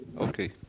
Okay